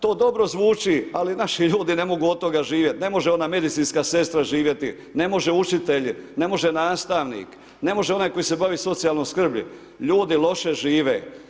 To dobro zvuči ali naši ljudi ne mogu od toga živjeti, ne može ona medicinska sestra živjeti, ne može učitelj, ne može nastavnik, ne može onaj koji se bavi socijalnom skrbi, ljudi loše žive.